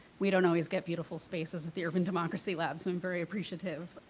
we don't always get beautiful spaces at the urban democracy lab so i'm very appreciative.